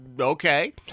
okay